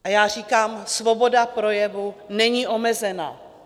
A já říkám, svoboda projevu není omezena.